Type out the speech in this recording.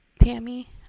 Tammy